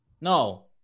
No